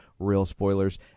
realspoilers